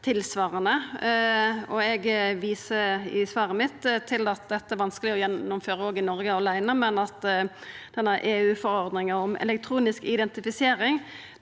Eg viser i svaret mitt til at dette er det vanskeleg å gjennomføra i Noreg aleine, men at EU-forordninga om elektronisk identifisering